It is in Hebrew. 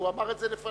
הוא אמר את זה לפני.